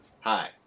Hi